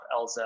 elza